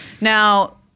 Now